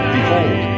Behold